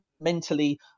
mentally